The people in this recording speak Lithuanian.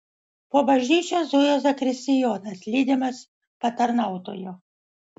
po bažnyčią zujo zakristijonas lydimas patarnautojo